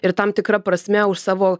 ir tam tikra prasme už savo